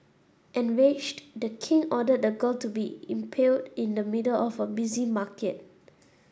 enraged the king ordered the girl to be impaled in the middle of a busy market